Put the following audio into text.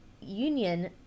Union